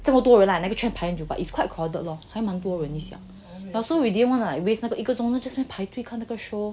这么多人 lah 那个 but it's quite crowded lor 还蛮多人一下 but so we didn't wanna waste 那个一个钟在那边排队看那个 show